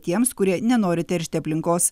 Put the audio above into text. tiems kurie nenori teršti aplinkos